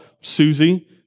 Susie